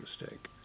mistake